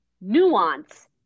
nuance